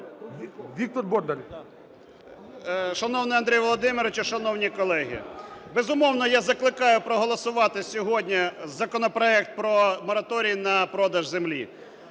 БОНДАР В.В. Шановний Андрію Володимировичу, шановні колеги! Безумовно, я закликаю проголосувати сьогодні законопроект про мораторій на продаж землі.